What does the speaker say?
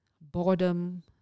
boredom